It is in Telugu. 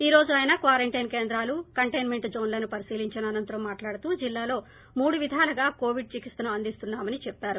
ఈ రోజు ఆయన క్వారంటైన్ కేంద్రాలు కంటైన్మెంట్ జోవ్లను పరిశీలించిన అనంతరం మాట్లాడుతూ జిల్లాలో మూడు విధాలుగా కోవిడ్ చికిత్సను అందిస్తున్నామని చెప్పారు